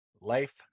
life